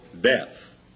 death